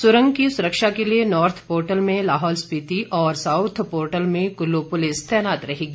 सुरंग की सुरक्षा के लिए नॉर्थ पार्टल में लाहौल स्पिति और साउथ पार्टल में कुल्लू पुलिस तैनात रहेगी